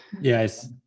Yes